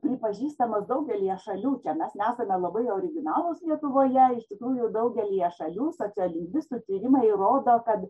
pripažįstamos daugelyje šalių čia mes nesame labai originalūs lietuvoje iš tikrųjų daugelyje šalių sociolingvistų tyrimai rodo kad